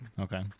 Okay